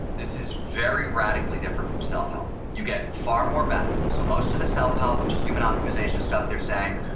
this is very radically different from self help. you get far more benefits. so most of the self help, human optimization stuff, they're saying,